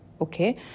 Okay